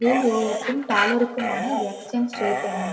யூரோவுக்கும் டாலருக்குமான exchange rate என்ன